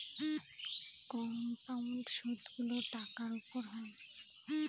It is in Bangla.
কম্পাউন্ড সুদগুলো টাকার উপর হয়